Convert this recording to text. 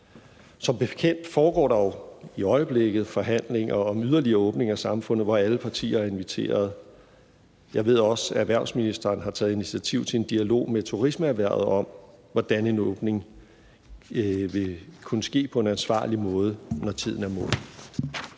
Som bekendt foregår der jo i øjeblikket forhandlinger om yderligere åbninger af samfundet, hvor alle partier er inviteret. Jeg ved også, at erhvervsministeren har taget initiativ til en dialog med turismeerhvervet om, hvordan en åbning vil kunne ske på en ansvarlig måde, når tiden er moden.